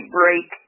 break